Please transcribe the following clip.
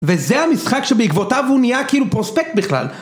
וזה המשחק שבעקבותיו הוא נהיה כאילו פרוספקט בכלל.